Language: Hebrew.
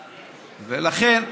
ולכן,